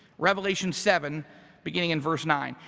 revelation seven beginning in verse nine.